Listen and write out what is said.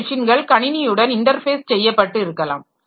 சில மெஷின்கள் கணினியுடன் இன்டர்ஃபேஸ் செய்யப்பட்டு இருக்கலாம்